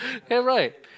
have right